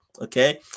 Okay